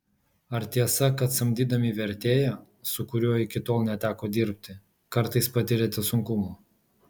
ar tiesa kad samdydami vertėją su kuriuo iki tol neteko dirbti kartais patiriate sunkumų